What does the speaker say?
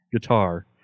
guitar